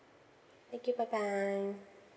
thank you bye bye